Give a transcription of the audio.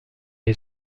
est